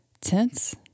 tense